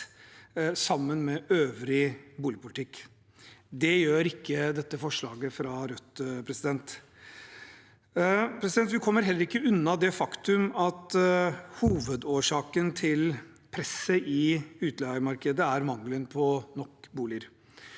sammen med øvrig boligpolitikk. Det gjør ikke dette forslaget fra Rødt. Vi kommer heller ikke unna det faktum at hovedårsaken til presset i utleiemarkedet er mangelen på nok boliger.